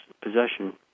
possession